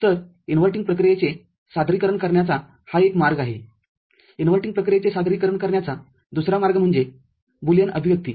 तर इन्व्हर्टिंग प्रक्रियेचे सादरीकरण करण्याचा हा एक मार्ग आहेइनव्हर्टिंग प्रक्रियेचे सादरीकरण करण्याचा दुसरा मार्ग म्हणजे बुलियन अभिव्यक्ती